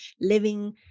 living